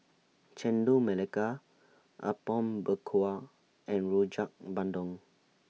Chendol Melaka Apom Berkuah and Rojak Bandung